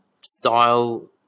style